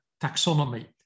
taxonomy